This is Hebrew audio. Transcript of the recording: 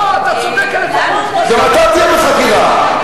לא, אתה צודק גם אתה תהיה בחקירה.